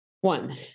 one